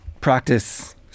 practice